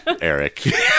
Eric